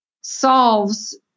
solves